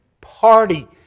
party